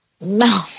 No